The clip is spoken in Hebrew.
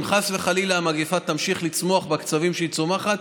אם חס וחלילה המגפה תמשיך לצמוח בקצב שהיא צומחת,